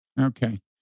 Okay